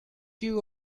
you